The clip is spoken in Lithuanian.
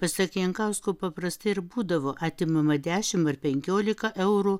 pasak jankausko paprastai ir būdavo atimama dešim ar penkiolika eurų